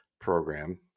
program